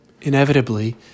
Inevitably